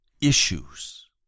issues